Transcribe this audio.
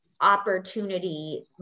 opportunity